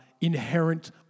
inherent